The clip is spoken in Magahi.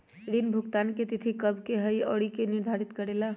ऋण भुगतान की तिथि कव के होई इ के निर्धारित करेला?